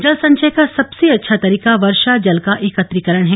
जल संचय का सबसे अच्छा तरीका वर्षा जल का एकत्रीकरण है